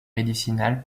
médicinales